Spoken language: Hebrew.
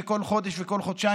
כל חודש וכל חודשיים,